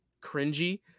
cringy